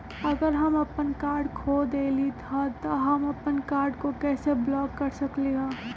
अगर हम अपन कार्ड खो देली ह त हम अपन कार्ड के कैसे ब्लॉक कर सकली ह?